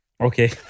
Okay